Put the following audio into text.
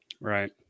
Right